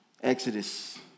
Exodus